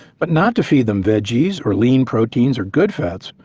but not to feed them veggies or lean proteins or good fats.